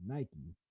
Nike